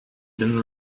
been